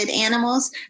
animals